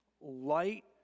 Light